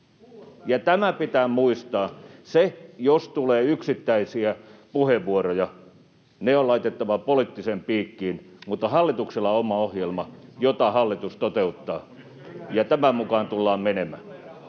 ja tämä pitää muistaa. Jos tulee yksittäisiä puheenvuoroja, ne on laitettava poliittisen piikkiin, mutta hallituksella on oma ohjelma, jota hallitus toteuttaa, ja tämän mukaan tullaan menemään.